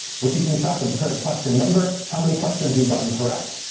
we're keeping track of the current question number, how many questions we've gotten correct.